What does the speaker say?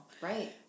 Right